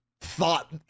thought